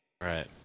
right